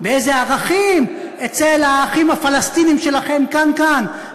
באיזה ערכים אצל האחים הפלסטינים שלכם כאן-כאן,